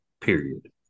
Period